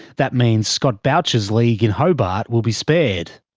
that means scott boucher's league in hobart will be spared.